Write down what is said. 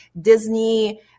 Disney